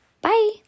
Bye